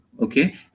okay